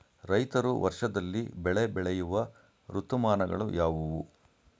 ರೈತರು ವರ್ಷದಲ್ಲಿ ಬೆಳೆ ಬೆಳೆಯುವ ಋತುಮಾನಗಳು ಯಾವುವು?